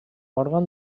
òrgan